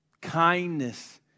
kindness